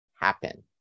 happen